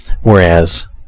Whereas